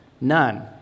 None